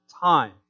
time